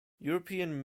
european